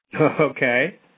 Okay